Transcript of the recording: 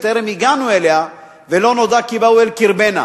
שטרם הגענו אליה: "ולא נודע כי באו אל קרבנה".